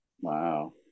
wow